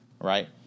Right